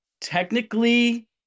technically